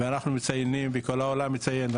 ואנחנו מציינים בכל העולם וכל העולם מציין.